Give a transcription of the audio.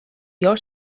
your